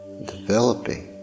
developing